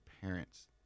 parents